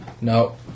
No